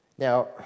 Now